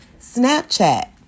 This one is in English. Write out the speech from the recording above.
Snapchat